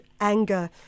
anger